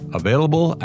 available